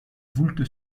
voulte